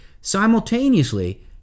Simultaneously